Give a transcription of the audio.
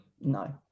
No